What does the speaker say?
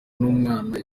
n’umwana